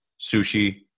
Sushi